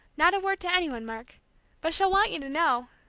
not a word to any one, mark but she'll want you to know!